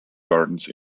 gardens